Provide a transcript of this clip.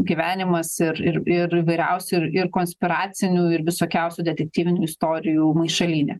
gyvenimas ir ir ir įvairiausių ir ir konspiracinių ir visokiausių detektyvinių istorijų maišalynė